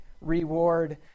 reward